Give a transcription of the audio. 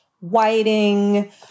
whiting